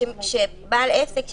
שבעל עסק,